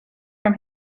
from